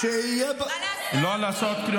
מה לעשות?